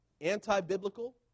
anti-biblical